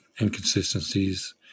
inconsistencies